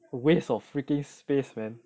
waste of freaking space man